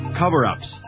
cover-ups